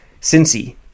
Cincy